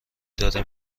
داره